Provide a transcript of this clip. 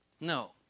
No